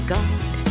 God